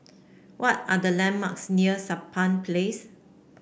what are the landmarks near Sampan Place